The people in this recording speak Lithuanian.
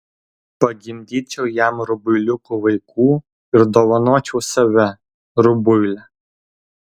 pagimdyčiau jam rubuiliukų vaikų ir dovanočiau save rubuilę